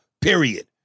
period